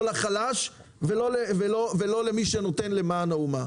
לא לחלש ולא למי שנותן למען האומה.